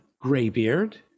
graybeard